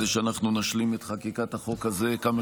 כדי שאנחנו נשלים את חקיקת החוק הזה כמה